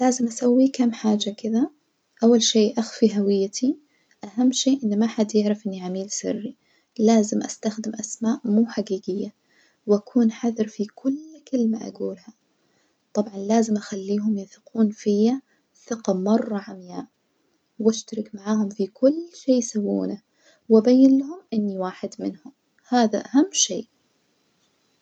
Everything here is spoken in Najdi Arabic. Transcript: لازم أسوي كام حاجة كدة، أول شي أخفي هويتي، أهم شي إن ما حد يعرف إني عميل سري، لازم أستخدم أسماء مو حجيجية وأكون حذر في كل كلمة أجولها، طبعًا لازم أخليهم يثقون فيا ثقة مرة عمياء وأشترك معهم في كل شي يسوونه وأبين لهم إني واحد منهم هذا أهم شي.